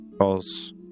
Cause